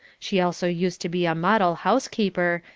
she also used to be a model housekeeper,